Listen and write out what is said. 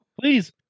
please